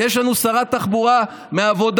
יש לנו שרת תחבורה מהעבודה,